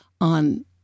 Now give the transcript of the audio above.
on